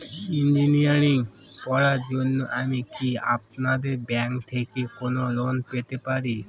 Engineering পড়ার জন্য আমি কি আপনাদের ব্যাঙ্ক থেকে কোন লোন পেতে পারি?